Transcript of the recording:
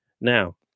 Now